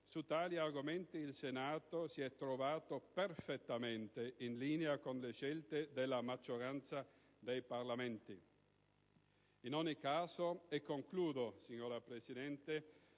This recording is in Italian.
Su tali argomenti il Senato si è trovato perfettamente in linea con le scelte dalla maggioranza dei Parlamenti. In ogni caso - e mi avvio a concludere, signora Presidente